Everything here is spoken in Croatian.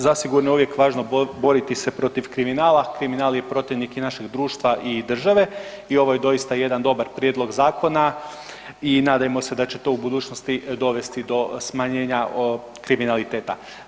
Zasigurno je uvijek važno boriti se protiv kriminala, kriminal je protivnik i našeg društva i države i ovo je doista jedan dobar prijedlog zakona i nadajmo se da će to u budućnost dovesti do smanjenja kriminaliteta.